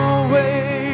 away